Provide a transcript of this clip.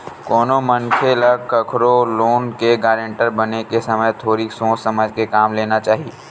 कोनो मनखे ल कखरो लोन के गारेंटर बने के समे थोरिक सोच समझ के काम लेना चाही